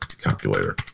calculator